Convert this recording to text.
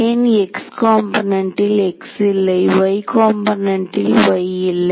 ஏன் x component இல் x இல்லை y காம்போனென்ட் இல் y இல்லை